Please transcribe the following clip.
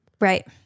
Right